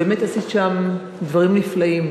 ובאמת עשית שם דברים נפלאים,